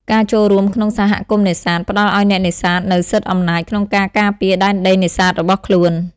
ការចូលរួមក្នុង សហគមន៍នេសាទ ផ្តល់ឱ្យអ្នកនេសាទនូវសិទ្ធិអំណាចក្នុងការការពារដែនដីនេសាទរបស់ខ្លួន។